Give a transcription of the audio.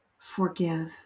forgive